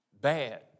bad